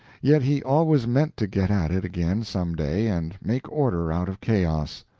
yet he always meant to get at it again some day and make order out of chaos.